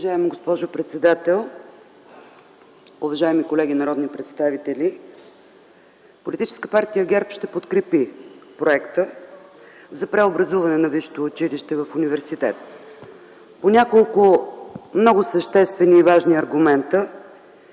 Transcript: Уважаема госпожо председател, уважаеми колеги народни представители, Политическа партия ГЕРБ ще подкрепи Проекта за преобразуване на висшето училище в университет по няколко много съществени и важни аргумента,